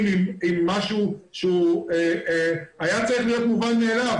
עם משהו שהוא היה צריך להיות מובן מאליו.